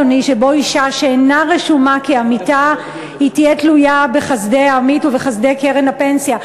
אישה שאינה רשומה כעמיתה תהיה תלויה בחסדי העמית ובחסדי קרן הפנסיה.